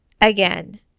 again